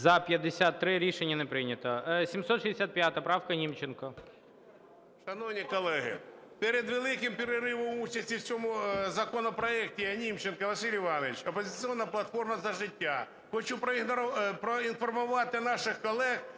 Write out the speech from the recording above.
За-53 Рішення не прийнято. 765 правка, Німченко. 12:42:31 НІМЧЕНКО В.І. Шановні колеги, перед великим переривом участі в цьому законопроекті (Німченко Василь Іванович, "Опозиційна платформа - За життя") хочу проінформувати наших колег,